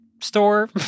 Store